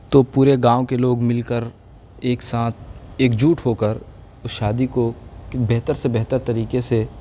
تو پورے گاؤں کے لوگ مل کر ایک ساتھ ایک جٹ ہو کر اس شادی کو بہتر سے بہتر طریقے سے